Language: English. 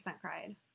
cried